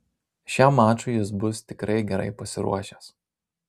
šiam mačui jis bus tikrai gerai pasiruošęs